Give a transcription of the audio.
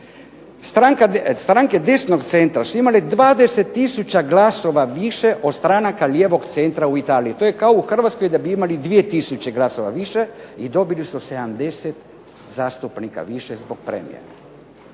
stranke desnog centra su imale 20 tisuća glasova više od stranaka lijevog centra u Italiji, to je kao u Hrvatskoj da bi imali 2 tisuće glasova više i dobili su 70 zastupnika više zbog premije.